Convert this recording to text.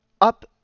up